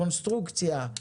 קונסטרוקציה,